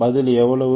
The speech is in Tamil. பதில் எவ்வளவு